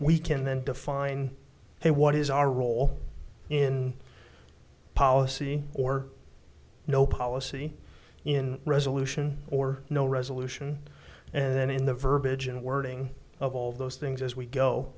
we can then define hey what is our role in policy or no policy in resolution or no resolution and then in the verbiage and wording of all those things as we